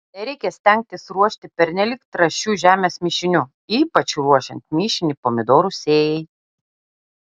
nereikia stengtis ruošti pernelyg trąšių žemės mišinių ypač ruošiant mišinį pomidorų sėjai